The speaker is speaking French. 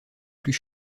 plus